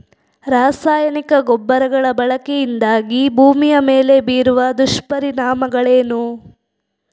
ರಾಸಾಯನಿಕ ಗೊಬ್ಬರಗಳ ಬಳಕೆಯಿಂದಾಗಿ ಭೂಮಿಯ ಮೇಲೆ ಬೀರುವ ದುಷ್ಪರಿಣಾಮಗಳೇನು?